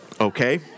Okay